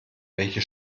welche